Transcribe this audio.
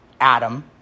Adam